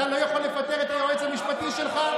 אתה לא יכול לפטר את היועץ המשפטי שלך?